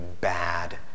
bad